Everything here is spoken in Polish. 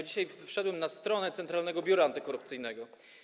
Dzisiaj wszedłem na stronę Centralnego Biura Antykorupcyjnego.